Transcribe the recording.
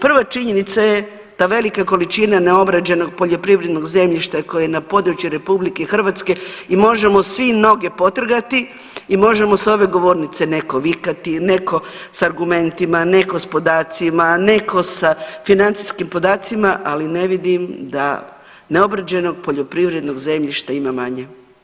Prva činjenica je da velike količine neobrađenog poljoprivrednog zemljišta koji je na području RH i možemo svi noge potrgati i može s ove govornice neko vikati, neko s argumentima, neko s podacima, neko sa financijskim podacima, ali ne vidim da neobrađenog poljoprivrednog zemljišta ima manje.